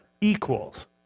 equals